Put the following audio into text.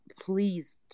please